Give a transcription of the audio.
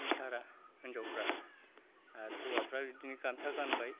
नि सारा हिन्जावफ्रा आरो हौवाफ्रा बिदिनो गामसा गानबाय